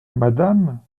madame